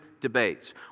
debates